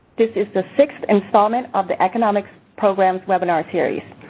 this is the sixth installment of the economic programs webinar series.